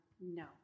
no